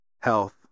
health